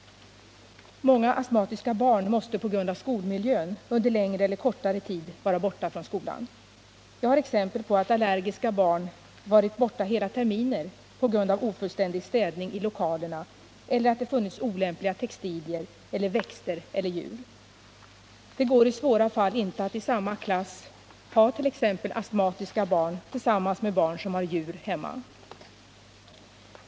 Många astmatiska barn måste på grund av skolmiljön under längre eller kortare tid vara borta från skolan. Jag har exempel på att allergiska barn varit borta hela terminer på grund av ofullständig städning i lokalerna eller att det funnits olämpliga textilier, växter eller djur. Det går i svåra fall inte att i samma klass ha t.ex. astmatiska barn tillsammans med barn som har djur hemma.